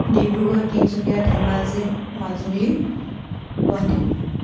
Dibrugarh Tinsukia Dhemaji Majuli Guwahati